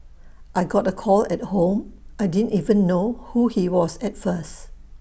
I got A call at home I didn't even know who he was at first